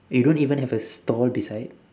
you don't even have a store beside